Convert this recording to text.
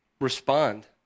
respond